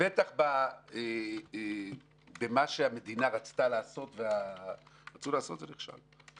במה שהמדינה רצתה לעשות זה בטח נכשל.